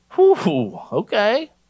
Okay